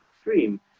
stream